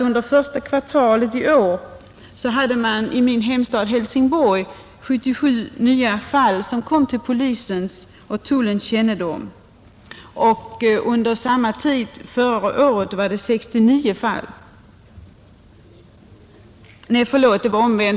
Under första kvartalet i år kom i min hemstad Helsingborg 69 fall till polisens och tullens kännedom. Under samma tid förra året var det 77 fall.